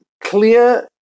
clear